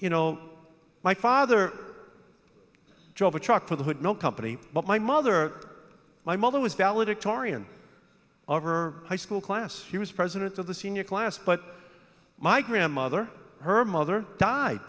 you know my father drove a truck for the hood no company but my mother my mother was valedictorian of her high school class he was president of the senior class but my grandmother her mother died